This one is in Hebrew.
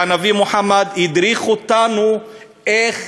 והנביא מוחמד הדריך אותנו איך